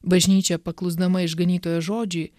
bažnyčia paklusdama išganytojo žodžiui